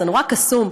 זה נורא קסום.